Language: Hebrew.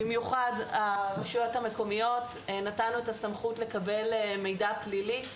במיוחד ברשויות המקומיות אנחנו נתנו את הסמכות לקבל מידע פלילי.